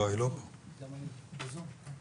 לא היינו בתוכניות קודמות,